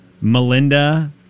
Melinda